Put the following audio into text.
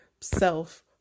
self